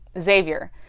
Xavier